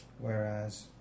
Whereas